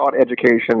education